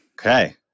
Okay